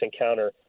encounter